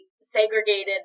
segregated